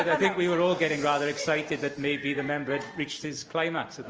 i think we were all getting rather excited that maybe the member had reached his climax